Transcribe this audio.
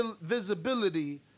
visibility